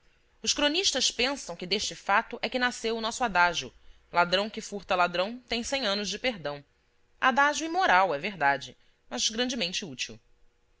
os cronistas pensam que deste fato é que nasceu o nosso adágio ladrão que furta ladrão tem cem anos de perdão adágio imoral é verdade mas grandemente útil